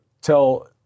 tell